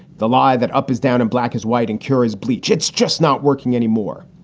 the lie that up is down and black is white and carries bleach. it's just not working anymore.